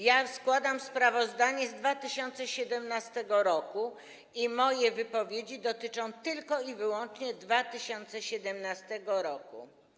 Ja składam sprawozdanie z 2017 r. i moje wypowiedzi dotyczą tylko i wyłącznie 2017 r.